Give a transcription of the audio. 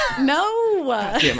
No